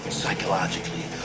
psychologically